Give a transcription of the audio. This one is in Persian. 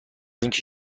اینکه